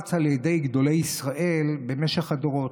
שאומץ גם על ידי גדולי ישראל במשך הדורות.